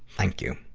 thank you.